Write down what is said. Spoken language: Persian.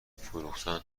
فروختن